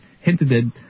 hinted